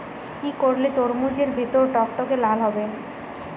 কি করলে তরমুজ এর ভেতর টকটকে লাল হবে?